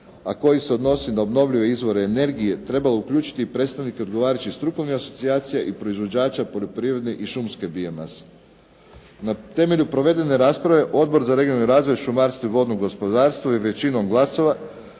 a koji se odnosi na obnovljive izvore energije, treba uključiti predstavnike odgovarajućih strukovnih asocijacija i proizvođača poljoprivredne i šumske biomase. Na temelju provedene rasprave Odbor za regionalni razvoj šumarstva i vodnog gospodarstva je većinom glasova